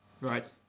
Right